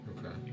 Okay